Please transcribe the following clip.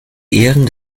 ehren